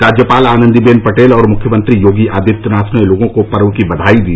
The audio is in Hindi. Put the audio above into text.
राज्यपाल आनन्दीबेन पटेल और मुख्यमंत्री योगी आदित्यनाथ ने लोगों को पर्व की बधाई दी